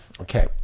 Okay